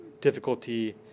difficulty